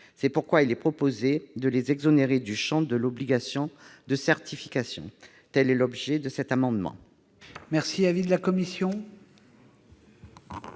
C'est pourquoi il est proposé de les exclure du champ de l'obligation de certification. Quel est l'avis de la commission